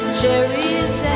cherries